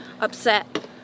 upset